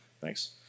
Thanks